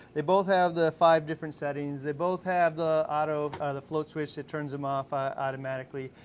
they both have the five different settings, they both have the auto, the float switch, that turns them off automatically,